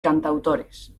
cantautores